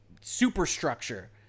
superstructure